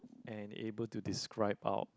and able to describe out